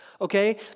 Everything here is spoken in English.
okay